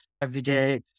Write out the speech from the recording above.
everyday